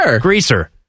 greaser